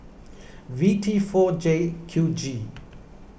V T four J Q G